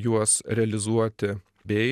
juos realizuoti bei